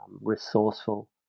resourceful